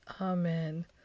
Amen